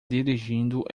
dirigindo